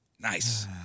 Nice